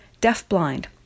deaf-blind